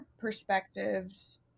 perspectives